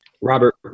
Robert